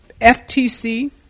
FTC